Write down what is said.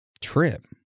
Trip